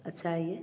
अच्छा है यह